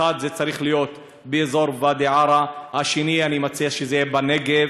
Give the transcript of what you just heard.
אחד צריך להיות באזור ואדי-עארה והשני אני מציע שיהיה בנגב.